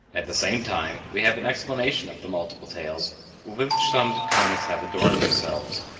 at the same time we have an explanation of the multiple tails with which some comets have adorned themselves.